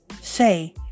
say